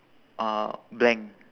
uh blank